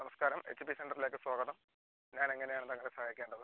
നമസ്കാരം H P സെൻ്ററിലേക്ക് സ്വാഗതം ഞാൻ എങ്ങനെയാണ് താങ്കളെ സഹായിക്കേണ്ടത്